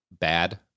bad